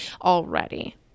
already